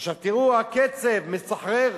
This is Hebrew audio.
עכשיו, תראו, הקצב מסחרר.